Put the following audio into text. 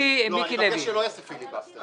אני מבקש שלא יעשה פיליבסטר,